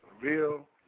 real